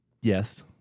Yes